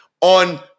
on